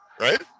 right